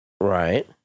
Right